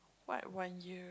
what one year